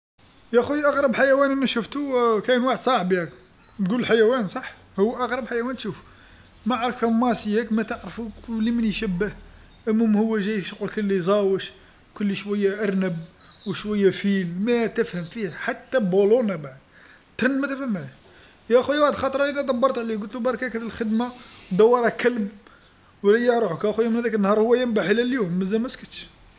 يا خويا أغرب حيوان أنا شفتو كاين واحد صاحبي هاكا، تقول حيوان صح هو أغرب حيوان تشوفو، ما تعرف ما تعرفو لمن يشبه، المهم هو جاي كشغل زاوج كلي شويه أرنب و شويه فيل ما تفهم فيه حتى بولونا بعد، ترن ما تفهمهاش، يا خويا واحد الخطره أنا دبرت عليه قلتلو بركاك مل هاذ الخدمه، دورها كلب وريح روحك آخويا من هداك النهار وهو ينبح الى اليوم مازال ماسكتش.